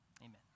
Amen